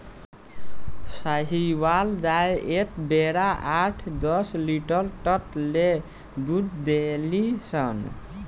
साहीवाल गाय एक बेरा आठ दस लीटर तक ले दूध देली सन